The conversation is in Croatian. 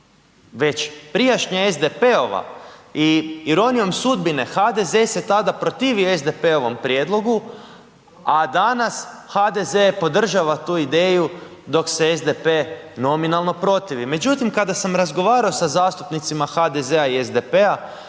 već prijašnja, SDP-ova i ironijom sudbine, HDZ se tada protivio SDP-ovom prijedlogu, a danas HDZ podržava tu ideju, dok se SDP nominalno protivi. Međutim, kada sam razgovarao sa zastupnicima HDZ-a i SDP-a,